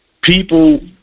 people